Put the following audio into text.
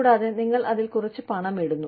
കൂടാതെ നിങ്ങൾ അതിൽ കുറച്ച് പണം ഇടുന്നു